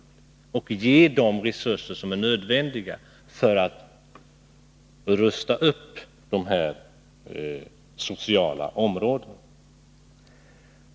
Tänker han avsätta de resurser som behövs för en upprustning på de här sociala områdena?